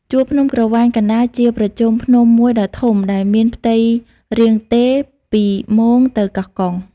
ជួរភ្នំក្រវាញកណ្តាល ជាប្រជុំភ្នំមួយដ៏ធំ ដែលមានផ្ទៃរាងទេរ ពីមោងទៅកោះកុង ។